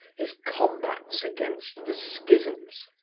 his combats against the schisms.